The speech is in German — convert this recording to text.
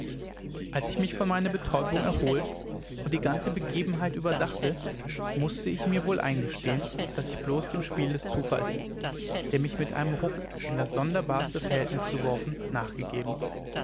als ich mich von meiner betäubung erholt und die ganze begebenheit überdachte mußte ich mir wohl eingestehen daß ich bloß dem spiel des zufalls der mich mit einem ruck in das sonderbarste verhältnis geworfen nachgegeben